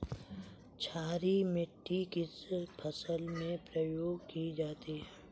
क्षारीय मिट्टी किस फसल में प्रयोग की जाती है?